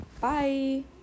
Bye